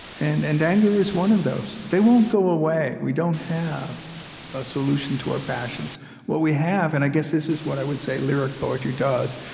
and and anger is one of those. they won't go away. we don't have a solution to our passions what we have, and i guess this is what i would say lyric poetry does,